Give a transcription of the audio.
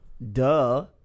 Duh